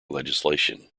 legislation